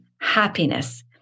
happiness